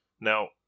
Now